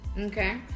Okay